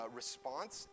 response